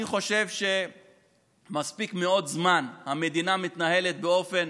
אני חושב שמספיק זמן המדינה מתנהלת באופן